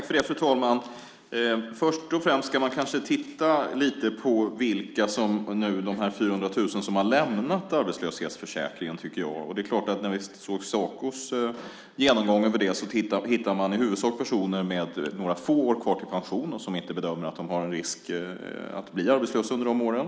Fru talman! Först och främst ska man kanske titta lite grann på vilka de 400 000 är som nu har lämnat arbetslöshetsförsäkringen. I Sacos genomgång hittar man i huvudsak personer som har några få år kvar till pensionen och som bedömer att de inte löper risk att bli arbetslösa under de åren.